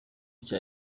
cya